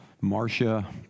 Marcia